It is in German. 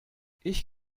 ich